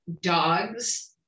dogs